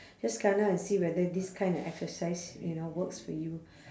just come down and see whether this kind of exercise you know works for you